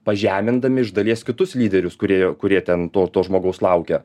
pažemindami iš dalies kitus lyderius kurie kurie ten to to žmogaus laukia